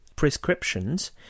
prescriptions